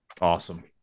Awesome